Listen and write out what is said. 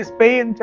Spain